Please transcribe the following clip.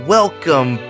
Welcome